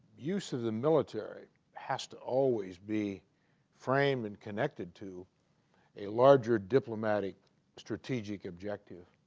use of the military has to always be framed and connected to a larger diplomatic strategic objective